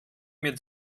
mit